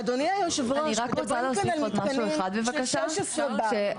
אדוני יושב הראש, מדברים פה על מתקנים של 16 בר.